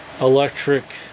electric